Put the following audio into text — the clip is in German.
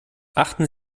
achten